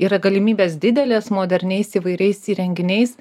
yra galimybės didelės moderniais įvairiais įrenginiais